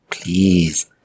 Please